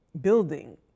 building